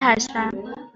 هستم